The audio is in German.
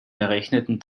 errechneten